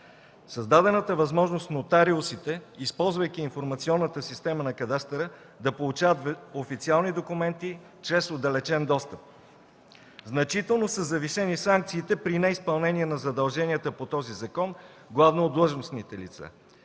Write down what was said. създадената възможност нотариусите, използвайки информационната система на кадастъра, да получават официални документи чрез отдалечен достъп. Значително са завишени санкциите при неизпълнение на задълженията по този закон главно от длъжностните лица.